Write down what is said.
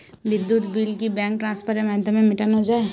বিদ্যুৎ বিল কি ব্যাঙ্ক ট্রান্সফারের মাধ্যমে মেটানো য়ায়?